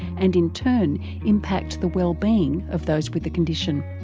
and in turn impact the wellbeing of those with the condition.